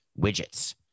widgets